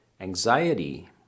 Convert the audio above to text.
Anxiety